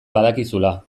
badakizula